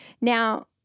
Now